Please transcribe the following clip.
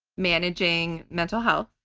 managing mental health,